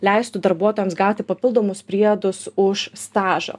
leistų darbuotojams gauti papildomus priedus už stažą